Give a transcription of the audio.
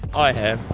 i have.